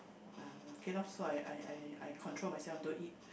ah then okay loh so I I I I control myself don't eat